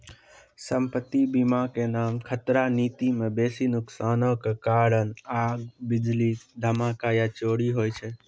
सम्पति बीमा के नाम खतरा नीति मे बेसी नुकसानो के कारण आग, बिजली, धमाका या चोरी होय छै